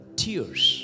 tears